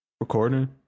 recording